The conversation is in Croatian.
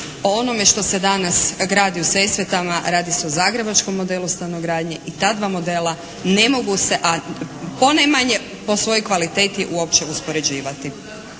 onome što se danas gradi u Sesvetama radi se o zagrebačkom modelu stanogradnje i ta dva modela ne mogu se, a ponajmanje po svojoj kvaliteti uopće uspoređivati.